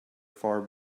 far